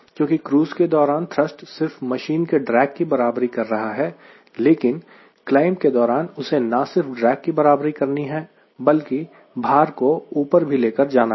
क्योंकि क्रूज़ के दौरान थ्रस्ट सिर्फ मशीन के ड्रेग की बराबरी कर रहा है लेकिन क्लाइंब के दौरान उसे ना सिर्फ ड्रेग की बराबरी करनी है बल्कि भार को ऊपर भी लेकर जाना है